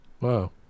wow